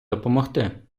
допомогти